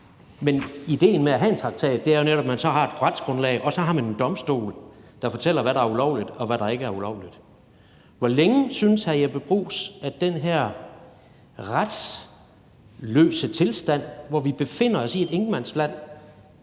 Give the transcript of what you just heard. men idéen med at have en traktat er jo netop, at man så har et retsgrundlag, og så har man en domstol, der fortæller, hvad der er ulovligt, og hvad der ikke er ulovligt. Hvor længe synes hr. Jeppe Bruus den her retsløse tilstand, hvor vi befinder os i et ingenmandsland